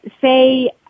say